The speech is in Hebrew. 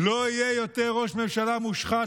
לא יהיה יותר ראש ממשלה מושחת,